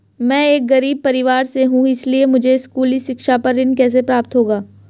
मैं एक गरीब परिवार से हूं इसलिए मुझे स्कूली शिक्षा पर ऋण कैसे प्राप्त होगा?